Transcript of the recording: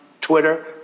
Twitter